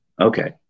Okay